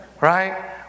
Right